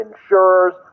insurers